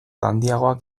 handiagoak